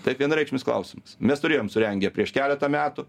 tai vienareikšmis klausimas mes turėjom surengę prieš keletą metų